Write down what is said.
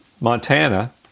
Montana